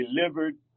delivered